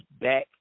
back